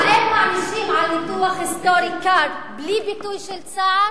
האם מענישים על ניתוח היסטורי קר בלי ביטוי של צער